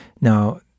now